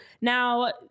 Now